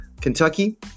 Kentucky